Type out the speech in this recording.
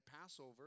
Passover